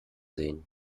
sehen